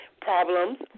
problems